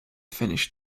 finish